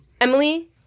Emily